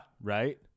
right